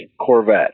Corvette